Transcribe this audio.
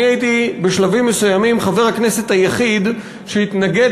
אני הייתי בשלבים מסוימים חבר הכנסת היחיד שהתנגד